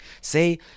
Say